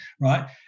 right